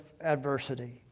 adversity